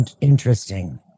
interesting